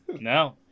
No